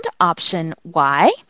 Option-Y